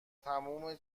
تموم